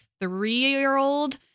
three-year-old